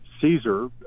Caesar